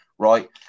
right